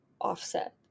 offset